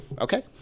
okay